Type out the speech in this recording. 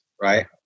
right